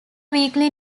weekly